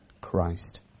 Christ